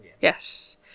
Yes